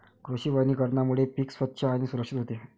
कृषी वनीकरणामुळे पीक स्वच्छ आणि सुरक्षित होते